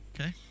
Okay